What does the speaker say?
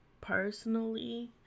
personally